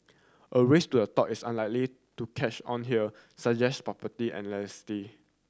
a race to a top is unlikely to catch on here suggest property